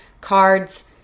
cards